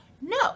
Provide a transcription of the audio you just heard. no